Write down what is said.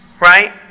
Right